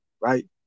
right